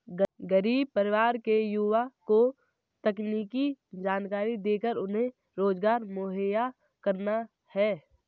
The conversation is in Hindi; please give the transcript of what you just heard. गरीब परिवार के युवा को तकनीकी जानकरी देकर उन्हें रोजगार मुहैया कराना है